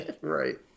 Right